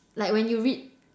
like when you read